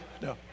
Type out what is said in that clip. No